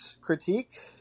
critique